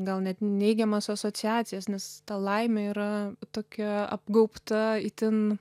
gal net neigiamas asociacijas nes ta laimė yra tokia apgaubta itin